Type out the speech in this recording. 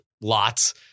lots